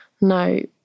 no